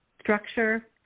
structure